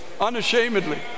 unashamedly